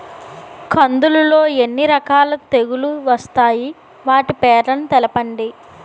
కందులు లో ఎన్ని రకాల తెగులు వస్తాయి? వాటి పేర్లను తెలపండి?